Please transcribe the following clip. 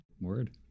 Word